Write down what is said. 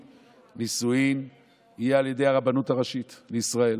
ונישואים יהיו על ידי הרבנות הראשית לישראל.